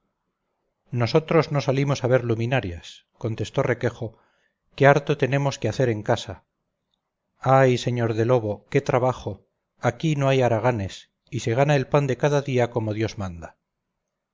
nosotros no salimos a ver luminarias contestó requejo que harto tenemos que hacer en casa ay sr de lobo qué trabajo aquí no hay haraganes y se gana el pan de cada día como dios manda